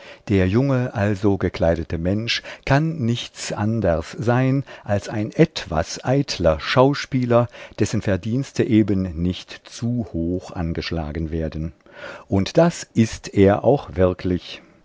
der junge also gekleidete mensch kann nichts anders sein als ein etwas eitler schauspieler dessen verdienste eben nicht zu hoch angeschlagen werden und das ist er auch wirklich